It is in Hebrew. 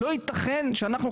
לא יתכן שאנחנו,